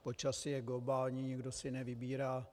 Počasí je globální, nikdo si nevybírá.